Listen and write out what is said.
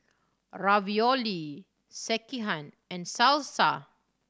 Ravioli Sekihan and Salsa